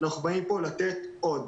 אנחנו באים פה לתת עוד.